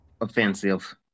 offensive